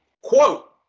Quote